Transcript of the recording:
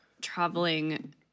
traveling